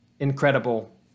incredible